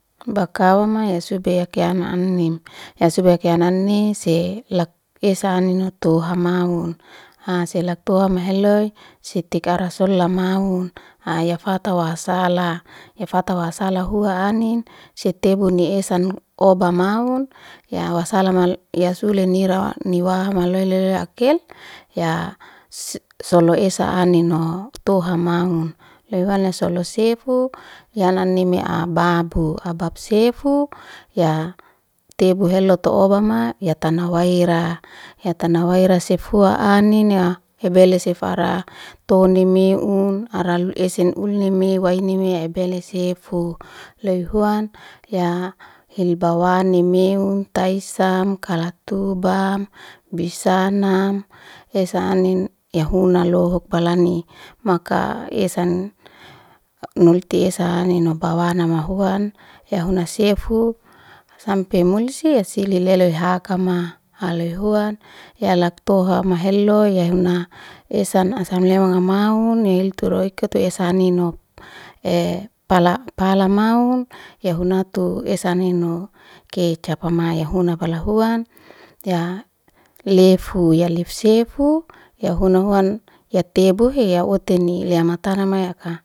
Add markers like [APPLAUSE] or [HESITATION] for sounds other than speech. Bakawama ya sebek ya amhanim ya subake ya anine se lak esa anino tu hamau ha selak tuham heloy sitik ara solamaun ya wata waha sala [HESITATION] efata waha sala hua anin si tebuni esan oba maun ya wasalama ya sule nirani wahama loy loy loy loy akel y [HESITATION] solo esa aninno toha mahun, loy huan lesolo sifu ya anainme ababu, abab sefu ya tebu heloy tu obama ya tana waira ya tana waira sef hua ya anini ebele si fara toni meun ara lul esen ulni meu wa'inime ebele sefiu loy huan ya hil bawani meun taisam kala tubam bisanam esa anin ya huna lohuk balani maka esan esa anino bawana mahuan ya huna sefu sampe munsia si lele loy akamaha loy huan ya lak toha ma heloy ya huna esan asam lemun amaun iltu roiko te asa anino. [HESITATION] Pala pala maun ya hunan tu esa nino kecapma ya huna kala huan ya sefu, ya lef sefu huna huan y atebuhe ya huteni lematanama yaka.